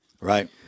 right